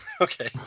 Okay